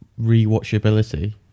rewatchability